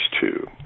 two